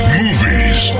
movies